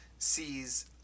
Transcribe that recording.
sees